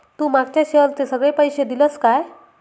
तू मागच्या शेअरचे सगळे पैशे दिलंस काय?